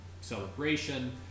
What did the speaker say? celebration